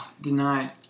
Denied